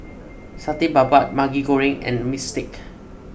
Satay Babat Maggi Goreng and Bistake